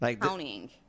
Counting